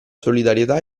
solidarietà